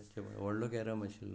व्हडलो कॅरम आशिल्लो